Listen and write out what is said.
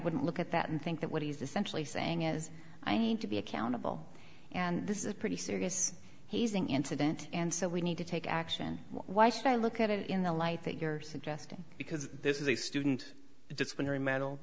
wouldn't look at that and think that what he's essentially saying is i need to be accountable and this is a pretty serious hazing incident and so we need to take action why should i look at it in the light that you're suggesting because this is a student disciplinary medal